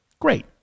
Great